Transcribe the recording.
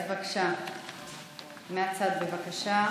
מהצד, בבקשה.